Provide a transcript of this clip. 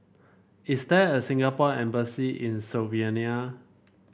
is there a Singapore Embassy in Slovenia